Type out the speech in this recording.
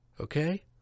okay